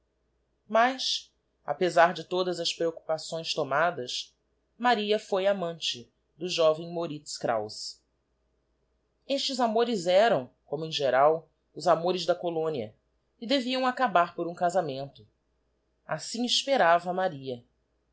mas apezar de todas as prcoccupações tomadas maria foi amante do joven moritz kraus estes amores eram como em geral os amores da colónia e deviam acabar por um casamento assim esperava jmaria